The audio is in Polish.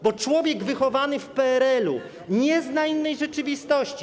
Bo człowiek wychowany w PRL-u nie zna innej rzeczywistości.